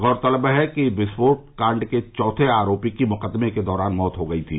गौरतलब है कि विस्फोट कांड के चौथे आरोपी की मुकदमे के दौरान मौत हो गई थी